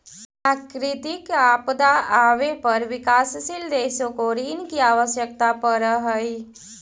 प्राकृतिक आपदा आवे पर विकासशील देशों को ऋण की आवश्यकता पड़अ हई